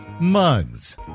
mugs